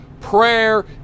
prayer